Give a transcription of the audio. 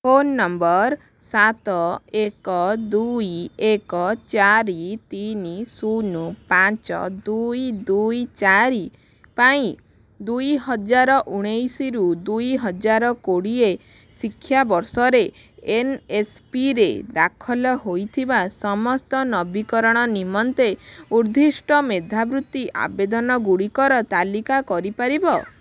phone number ସାତ ଏକ ଦୁଇ ଏକ ଚାରି ତିନି ଶୂନ ପାଞ୍ଚ ଦୁଇ ଦୁଇ ଚାରି ପାଇଁ ଦୁଇହଜାର ଉଣେଇଶି ରୁ ଦୁଇହଜାର କୋଡ଼ିଏ ଶିକ୍ଷାବର୍ଷରେ ଏନ୍ଏସ୍ପିରେ ଦାଖଲ ହୋଇଥିବା ସମସ୍ତ ନବୀକରଣ ନିମନ୍ତେ ଉଦ୍ଦିଷ୍ଟ ମେଧାବୃତ୍ତି ଆବେଦନଗୁଡ଼ିକର ତାଲିକା କରି ପାରିବ